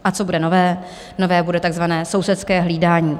A co bude nové, nové bude takzvané sousedské hlídání.